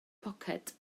poced